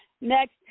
Next